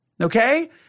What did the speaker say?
Okay